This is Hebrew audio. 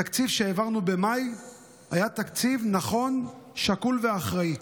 התקציב שהעברנו במאי היה תקציב נכון, שקול ואחראי,